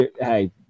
Hey